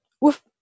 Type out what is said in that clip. Woof